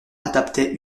adaptait